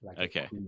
okay